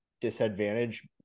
disadvantage